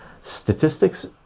statistics